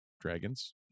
dragons